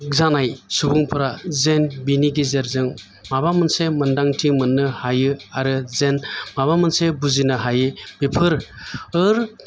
जानाय सुबुंफ्रा जेन बिनि गेजेरजों माबा मोनसे मोनदांथि मोननो हायो आरो जेन माबा मोनसे बुजिनो हायो बेफोर